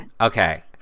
Okay